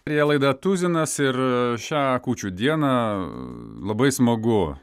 prielaida tuzinas ir šią kūčių dieną labai smagu